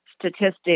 statistics